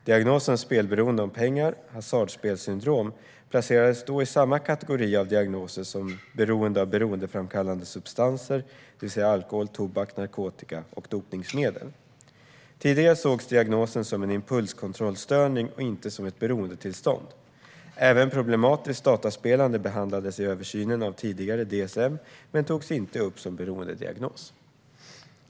Diagnosen spelberoende om pengar, hasardspelsyndrom, placerades då i samma kategori av diagnoser som beroende av beroendeframkallande substanser, det vill säga alkohol, tobak, narkotika och dopningsmedel. Tidigare sågs diagnosen som en impulskontrollstörning och inte som ett beroendetillstånd. Även problematiskt dataspelande behandlades i översynen av tidigare DSM men togs inte upp som beroendediagnos.